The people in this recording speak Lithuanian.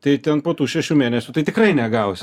tai ten po tų šešių mėnesių tai tikrai negausi